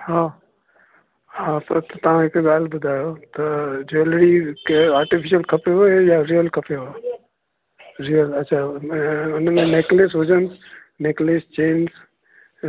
हा हा त तव्हां हिकु ॻाल्हि ॿुधायो त ज्वैलरी कहिड़े आर्टिफ़िशल खपेव या रीयल खपेव रीयल अच्छा हुन में हुन में नैकलेस हुजनि नैकलेस चेन्स